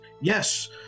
Yes